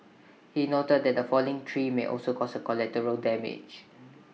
he noted that A falling tree may also cause collateral damage